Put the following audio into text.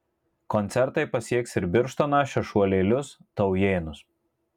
koncertai pasieks ir birštoną šešuolėlius taujėnus